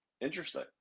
Interesting